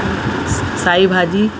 साई भाॼी